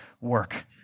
work